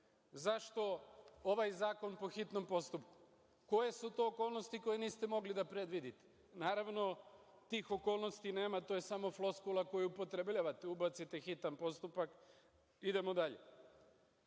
Zašto ovaj zakon po hitnom postupku? Koje su to okolnosti koje niste mogli da predvidite? Naravno, tih okolnosti nema, to je samo floskula koju upotrebljavate, ubacite hitan postupak i idemo dalje. Zakon